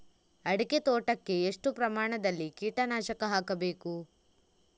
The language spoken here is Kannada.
ಅಡಿಕೆ ತೋಟಕ್ಕೆ ಎಷ್ಟು ಪ್ರಮಾಣದಲ್ಲಿ ಕೀಟನಾಶಕ ಹಾಕಬೇಕು?